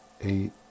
eight